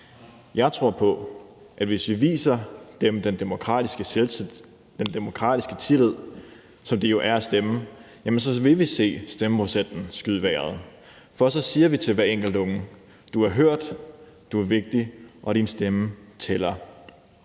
Jeg tror på, at hvis vi viser dem den demokratiske tillid, som det jo er at kunne stemme, vil vi se stemmeprocenten skyde i vejret, for så siger vi til hver enkelt unge: Du er hørt, du er vigtig, og din stemme tæller.